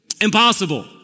Impossible